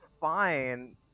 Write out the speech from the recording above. fine